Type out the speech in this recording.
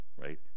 Right